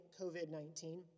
COVID-19